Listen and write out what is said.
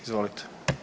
Izvolite.